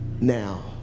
Now